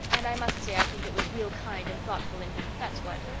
and i must say i think it was real kind and thoughtful in him, that's what.